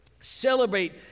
celebrate